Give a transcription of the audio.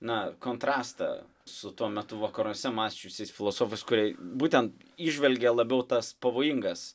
na kontrastą su tuo metu vakaruose mąsčiusiais filosofus kurie būtent įžvelgė labiau tas pavojingas